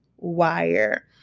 Wire